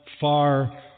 far